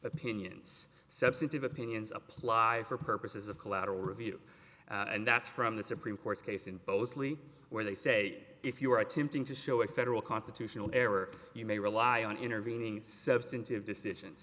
opinions substantive opinions apply for purposes of collateral review and that's from the supreme court's case in both sleep where they say if you are attempting to show a federal constitutional error you may rely on intervening substantive decisions